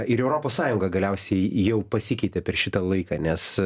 ir europos sąjunga galiausiai jau pasikeitė per šitą laiką nes